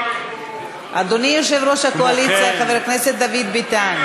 אדוני יושב-ראש הקואליציה חבר הכנסת דוד ביטן.